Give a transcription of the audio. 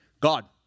God